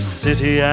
city